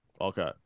Okay